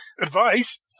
advice